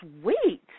Sweet